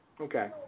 okay